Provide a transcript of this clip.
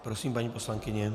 Prosím, paní poslankyně.